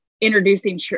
introducing